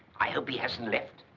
i hope he hasn't left.